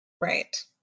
Right